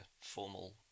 formal